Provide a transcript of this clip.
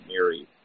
Mary